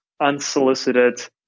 unsolicited